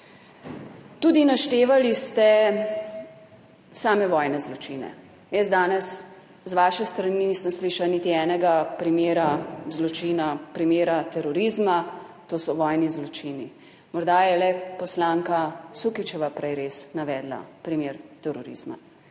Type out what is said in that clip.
Tudi naštevali ste same vojne zločine, jaz danes z vaše strani nisem slišala niti enega primera zločina, primera terorizma. To so vojni zločini. Morda je le poslanka Sukičeva prej res navedla primer terorizma